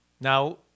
Now